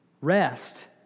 rest